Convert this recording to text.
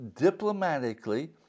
diplomatically